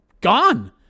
gone